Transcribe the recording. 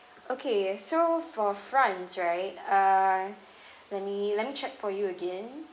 okay so for france right uh let me let me check for you again